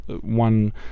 one